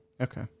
Okay